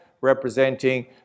representing